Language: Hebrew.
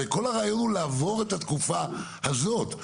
כל הרעיון הוא לעבור את התקופה הזאת.